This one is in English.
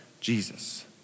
Jesus